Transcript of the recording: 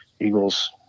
eagles